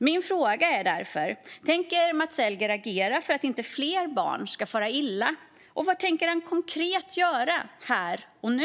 Min fråga är därför om Max Elger tänker agera för att inte fler barn ska fara illa, och vad han tänker göra konkret här och nu.